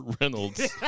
Reynolds